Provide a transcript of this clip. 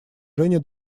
женя